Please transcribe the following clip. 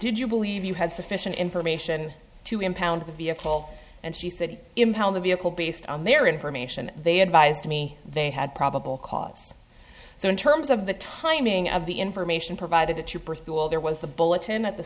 did you believe you had sufficient information to impound the vehicle and she said impound the vehicle based on their information they advised me they had probable cause so in terms of the timing of the information provided the trooper through all there was the bulletin at the